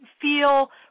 feel